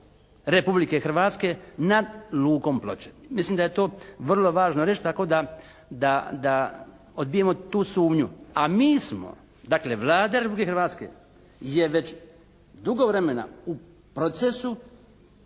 Republike Hrvatske nad lukom Ploče. Mislim da je to vrlo važno reći tako da odbijemo tu sumnju. A mi smo, dakle Vlada Republike Hrvatske je već dugo vremena u procesu